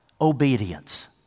obedience